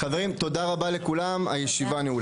חברים, תודה רבה לכולם, הישיבה נעולה.